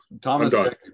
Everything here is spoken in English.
Thomas